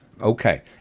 Okay